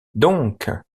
doncques